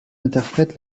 interprète